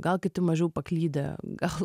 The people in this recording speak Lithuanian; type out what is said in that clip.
gal kiti mažiau paklydę gal